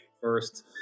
first